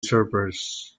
surfers